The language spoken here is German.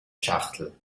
schachtel